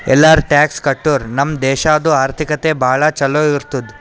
ಎಲ್ಲಾರೂ ಟ್ಯಾಕ್ಸ್ ಕಟ್ಟುರ್ ನಮ್ ದೇಶಾದು ಆರ್ಥಿಕತೆ ಭಾಳ ಛಲೋ ಇರ್ತುದ್